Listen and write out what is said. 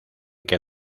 que